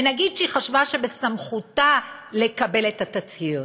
ונגיד שהיא חשבה שבסמכותה לקבל את התצהיר.